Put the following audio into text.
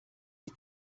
die